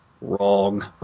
Wrong